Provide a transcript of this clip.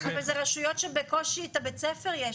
אבל אלה רשויות שבקושי את בית הספר יש,